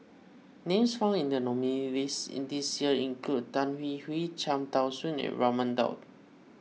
names found in the nominees in this year include Tan Hwee Hwee Cham Tao Soon and Raman Daud